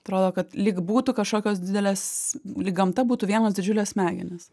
atrodo kad lyg būtų kažkokios didelės lyg gamta būtų vienos didžiulės smegenys